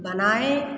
बनाए